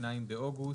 ב-2 באוגוסט,